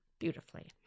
beautifully